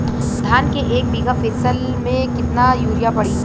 धान के एक बिघा फसल मे कितना यूरिया पड़ी?